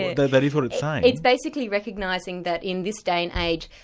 but that is what it's saying? it's basically recognising that in this day and age,